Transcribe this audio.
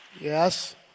Yes